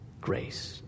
grace